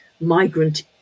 migrant